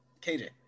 KJ